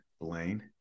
Blaine